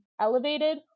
elevated